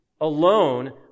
Alone